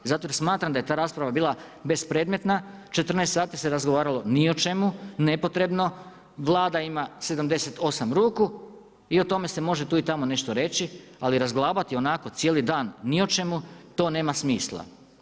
Zato jer smatram da je ta rasprava bila bespredmetna, 14 sati se razgovaralo ni o čemu, nepotrebno, Vlada ima 78 ruku i o tome se može tu i tamo nešto reći, ali razglabati onako cijeli dan ni o čemu, to nema smisla.